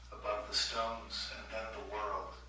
above the stones and then the world.